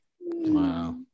Wow